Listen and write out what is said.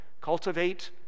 cultivate